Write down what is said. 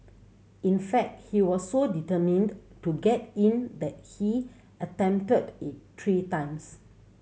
in fact he was so determined to get in that he attempted it three times